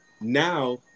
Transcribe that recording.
Now